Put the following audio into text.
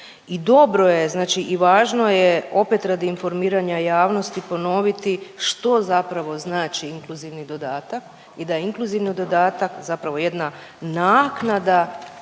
i dobro je znači i važno je opet radi informiranja javnosti ponoviti što zapravo znači inkluzivni dodatak i da je inkluzivni dodatak zapravo jedna naknada